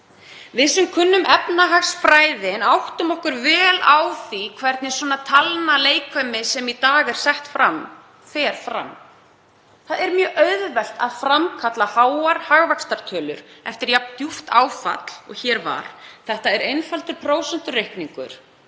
Við sem kunnum efnahagsfræðin áttum okkur vel á því hvernig svona talnaleikfimi sem í dag er sett fram fer fram. Það er mjög auðvelt að framkalla háar hagvaxtartölur eftir jafn djúpt áfall og hér var. Þetta er einfaldur prósentureikningur.